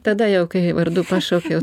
tada jau kai vardu pašaukiau